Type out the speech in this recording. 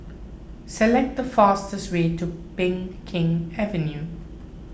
select the fastest way to Peng Kang Avenue